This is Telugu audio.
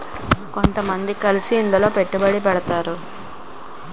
కొంతమంది కలిసి ఇందులో పెట్టుబడి పెడతారు